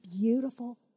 beautiful